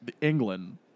England